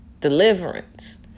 Deliverance